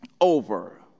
over